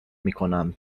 میکنم